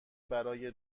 برای